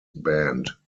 band